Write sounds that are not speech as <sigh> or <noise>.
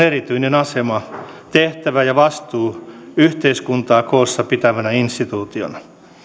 <unintelligible> erityinen asema tehtävä ja vastuu yhteiskuntaa koossa pitävänä instituutiona